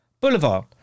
Boulevard